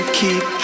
keep